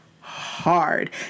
hard